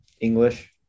English